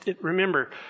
Remember